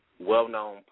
well-known